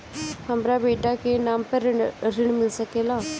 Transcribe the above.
हमरा बेटा के नाम पर ऋण मिल सकेला?